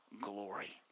glory